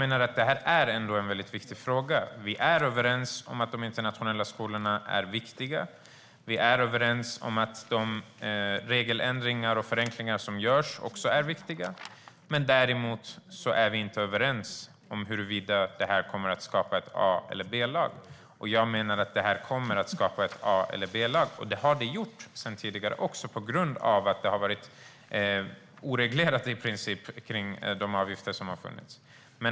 Detta är en viktig fråga. Vi är överens om att de internationella skolorna är viktiga. Vi är överens om att de regeländringar och förändringar som görs också är viktiga. Däremot är vi inte överens om huruvida detta kommer att skapa ett A och ett B-lag. Jag menar att detta kommer att skapa ett A och ett B-lag. Det har det gjort sedan tidigare också på grund av att detta med avgifter i princip har varit oreglerat.